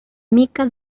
mica